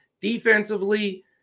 Defensively